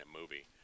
movie